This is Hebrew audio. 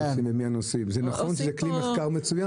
זה נכון שזה כלי מחקר מצוין.